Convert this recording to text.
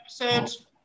episodes